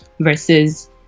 versus